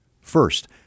First